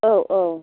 औ औ